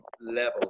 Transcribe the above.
level